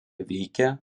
veikia